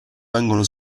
vengono